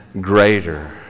greater